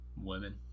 Women